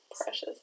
Precious